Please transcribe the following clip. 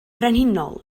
frenhinol